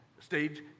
stage